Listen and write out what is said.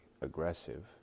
aggressive